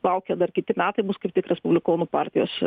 laukia dar kiti metai bus kaip tik respublikonų partijos